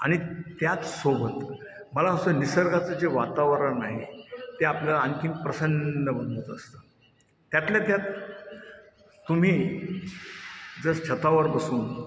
आणि त्याचसोबत मला असं निसर्गाचं जे वातावरण आहे ते आपल्याला आणखी प्रसन्न बनवत असतं त्यातल्या त्यात तुम्ही जर छतावर बसून